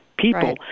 people